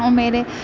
اور میرے